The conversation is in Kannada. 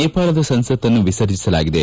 ನೇಪಾಳದ ಸಂಸತ್ನ್ನು ವಿಸರ್ಜೆಸಲಾಗಿದೆ